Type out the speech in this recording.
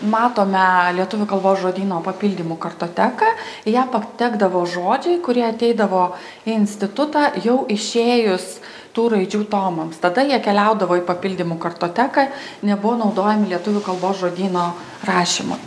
matome lietuvių kalbos žodyno papildymų kartoteką į ją patekdavo žodžiai kurie ateidavo į institutą jau išėjus tų raidžių tomams tada jie keliaudavo į papildymų kartoteką nebuvo naudojami lietuvių kalbos žodyno rašymui